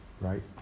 right